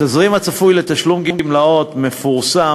התזרים הצפוי לתשלום גמלאות מתפרסם,